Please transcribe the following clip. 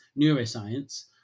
neuroscience